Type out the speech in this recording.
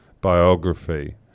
biography